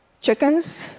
chickens